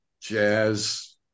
jazz